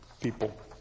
people